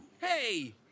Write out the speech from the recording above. Hey